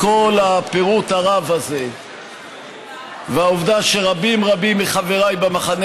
מכל הפירוט הרב הזה והעובדה שרבים רבים מחבריי במחנה